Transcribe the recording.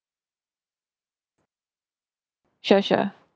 sure sure